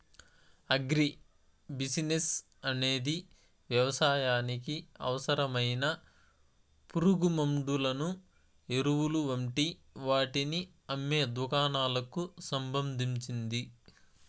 agri business అనేది వ్యవసాయానికి అవసరమైన పురుగుమండులను, ఎరువులు వంటి వాటిని అమ్మే దుకాణాలకు సంబంధించింది